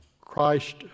christ